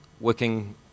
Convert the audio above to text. working